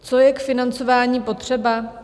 Co je k financování potřeba?